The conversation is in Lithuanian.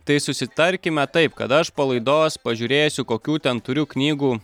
tai susitarkime taip kad aš po laidos pažiūrėsiu kokių ten turiu knygų